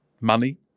money